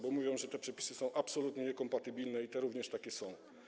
Bo mówią oni, że przepisy są tu absolutnie niekompatybilne i te również takie są.